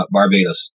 Barbados